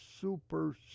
super